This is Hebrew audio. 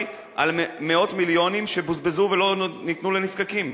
על מאות מיליונים שבוזבזו ולא ניתנו לנזקקים.